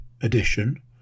edition